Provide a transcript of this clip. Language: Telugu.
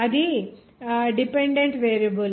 అది డిపెండెంట్ వేరియబుల్